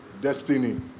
Destiny